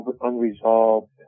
unresolved